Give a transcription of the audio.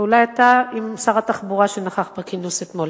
ואולי אתה, עם שר התחבורה שנכח בכינוס אתמול,